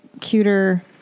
cuter